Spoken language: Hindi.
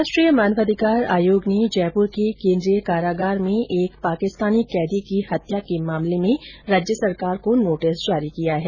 राष्ट्रीय मानवाधिकार आयोग ने जयपुर के केन्द्रीय कारागार में एक पाकिस्तानी कैदी की हत्या के मामले में राज्य सरकार को नोटिस जारी किया है